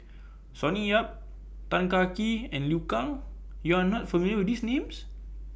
Sonny Yap Tan Kah Kee and Liu Kang YOU Are not familiar with These Names